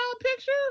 picture